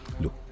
Look